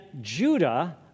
Judah